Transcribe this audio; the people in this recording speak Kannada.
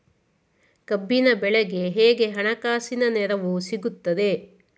ಕಬ್ಬಿನ ಬೆಳೆಗೆ ಹೇಗೆ ಹಣಕಾಸಿನ ನೆರವು ಸಿಗುತ್ತದೆ?